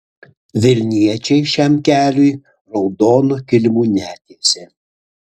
vilniečiai šiam keliui raudonų kilimų netiesė